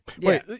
Wait